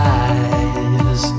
eyes